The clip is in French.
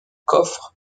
coffre